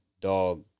dog